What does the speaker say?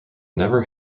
never